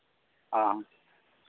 ᱚᱻ